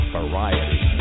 variety